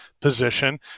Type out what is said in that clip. position